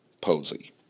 Posey